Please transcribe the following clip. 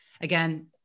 again